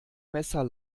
messer